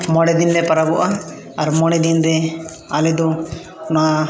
ᱢᱚᱬᱮ ᱫᱤᱱ ᱞᱮ ᱯᱚᱨᱚᱵᱚᱜᱼᱟ ᱟᱨ ᱢᱚᱬᱮ ᱫᱤᱱ ᱞᱮ ᱟᱞᱮ ᱫᱚ ᱚᱱᱟ